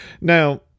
Now